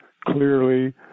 clearly